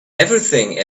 everything